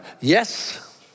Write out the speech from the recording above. Yes